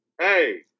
Hey